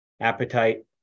appetite